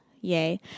yay